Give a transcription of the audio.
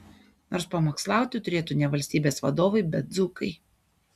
nors pamokslauti turėtų ne valstybės vadovai bet dzūkai